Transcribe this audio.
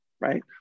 right